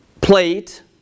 plate